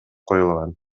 коюлган